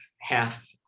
half